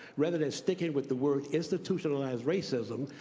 rather than sticking with the word institutionalizeed racism,